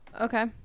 Okay